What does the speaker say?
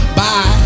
bye